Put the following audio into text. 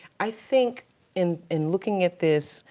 i think in in looking at this,